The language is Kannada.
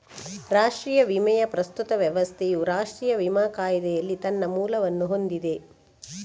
ರಾಷ್ಟ್ರೀಯ ವಿಮೆಯ ಪ್ರಸ್ತುತ ವ್ಯವಸ್ಥೆಯು ರಾಷ್ಟ್ರೀಯ ವಿಮಾ ಕಾಯಿದೆಯಲ್ಲಿ ತನ್ನ ಮೂಲವನ್ನು ಹೊಂದಿದೆ